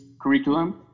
curriculum